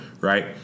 right